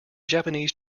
japanese